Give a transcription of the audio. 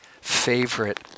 favorite